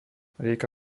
rieka